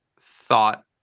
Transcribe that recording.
thought